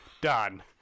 Done